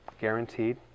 Guaranteed